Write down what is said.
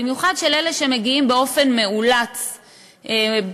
במיוחד של אלה שמגיעים באופן מאולץ ובהפתעה,